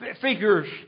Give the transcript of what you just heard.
figures